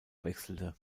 wechselte